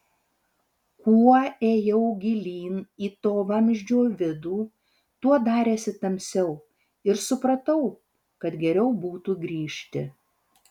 kuo ėjau gilyn į to vamzdžio vidų tuo darėsi tamsiau ir supratau kad geriau būtų grįžti